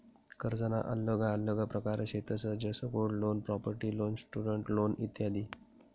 कर्जना आल्लग आल्लग प्रकार शेतंस जसं gold loan, property loan, student loan इत्यादी